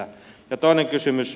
ja toinen kysymys